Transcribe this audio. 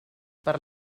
per